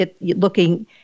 looking